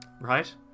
Right